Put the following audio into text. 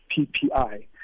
PPI